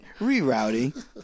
Rerouting